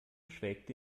schwelgte